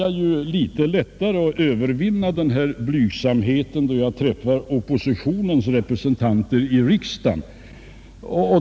Jag har litet lättare att övervinna min blygsamhet när jag träffar oppositionens representanter i riksdagen.